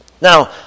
Now